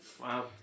wow